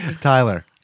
Tyler